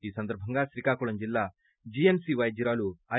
ఈ సందర్భంగా శ్రీకాకుళం జిల్లా జి ఎం సి వైద్యురాలు ఐ